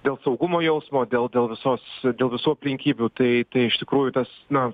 dėl saugumo jausmo dėl dėl visos dėl visų aplinkybių tai tai iš tikrųjų tas na